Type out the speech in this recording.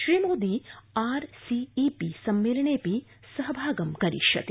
श्रीमोदी RCEP सम्मेलनेऽपि सहभागं करिष्यति